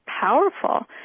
powerful